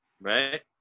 Right